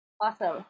Awesome